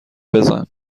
بزن